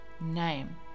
name